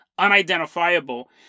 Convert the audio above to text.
Unidentifiable